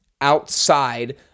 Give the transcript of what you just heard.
outside